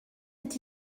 est